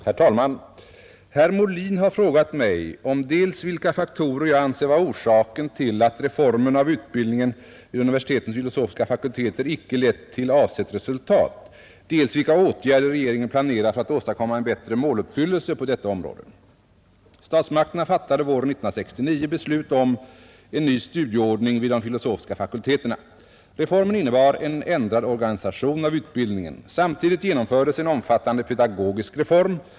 Herr talman! Herr Molin har frågat mig om dels vilka faktorer jag anser vara orsaken till att reformen av utbildningen vid universitetens filosofiska fakulteter icke lett till avsett resultat, dels vilka åtgärder regeringen planerar för att åstadkomma en bättre måluppfyllelse på detta område. Statsmakterna fattade våren 1969 beslut om en ny studieordning vid de filosofiska fakulteterna. Reformen innebar en ändrad organisation av utbildningen. Samtidigt genomfördes en omfattande pedagogisk reform.